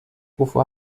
wovor